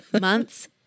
month's